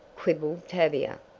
quibbled tavia.